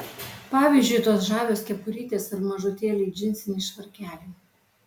pavyzdžiui tos žavios kepurytės ir mažutėliai džinsiniai švarkeliai